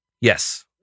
Yes